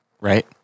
right